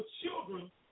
children